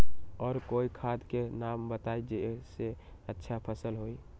और कोइ खाद के नाम बताई जेसे अच्छा फसल होई?